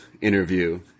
interview